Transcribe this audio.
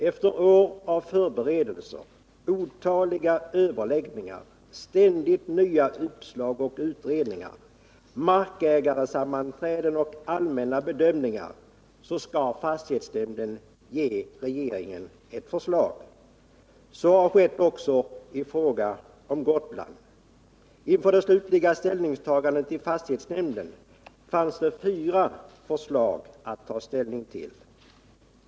Efter år av förberedelser, otaliga överläggningar, ständigt nya uppslag och utredningar, markägarsammanträden och allmänna bedömningar skall fastighetsnämnden ge regeringen ett förslag. Så har skett också när det gäller Gotland. Inför det slutliga ställningstagandet i fastighetsnämnden fanns det fyra förslag att ta ställning till.